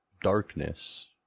darkness